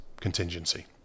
contingency